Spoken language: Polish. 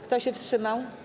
Kto się wstrzymał?